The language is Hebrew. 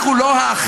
אנחנו לא האחר,